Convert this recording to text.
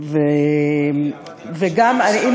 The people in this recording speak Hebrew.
אני זוכר, אני עבדתי רק בשידור המסחרי.